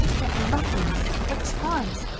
what loveliness! what charms!